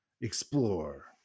Explore